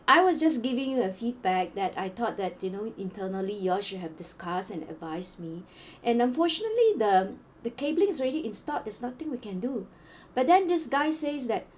I was just giving you a feedback that I thought that you know internally you all should have discussed and advise me and unfortunately the the cabling is already installed there's nothing we can do but then this guy says that